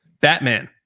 Batman